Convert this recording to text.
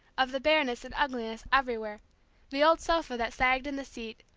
of the bareness and ugliness everywhere the old sofa that sagged in the seat,